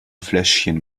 fläschchen